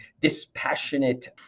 dispassionate